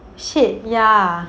shit ya